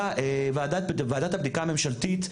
וועדת הבדיקה הממשלתית,